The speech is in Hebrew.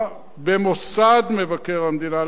אני מאמין שהחוק הזה ייטיב עם המוסד ועם ביקורת המדינה,